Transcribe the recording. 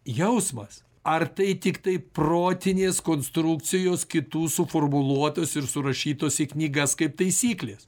jausmas ar tai tiktai protinės konstrukcijos kitų suformuluotos ir surašytos į knygas kaip taisyklės